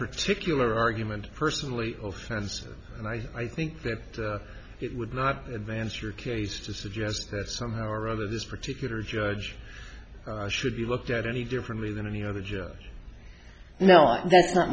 particular argument personally offensive and i think that it would not advance your case to suggest that somehow or other this particular judge should be looked at any differently than any other juror no that's not